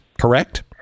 correct